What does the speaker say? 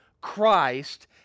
Christ